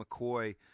McCoy –